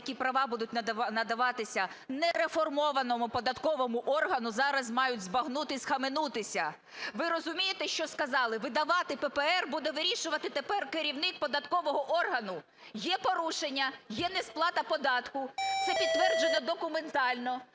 які права будуть надаватися нереформованому податковому органу, зараз мають збагнути і схаменутися. Ви розумієте, що сказали? Видавати ППР буде вирішувати тепер керівник податкового органу. Є порушення, є несплата податку, це підтверджено документально,